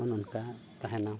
ᱚᱱᱮ ᱚᱱᱠᱟ ᱛᱟᱦᱮᱱᱟ